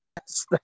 Yes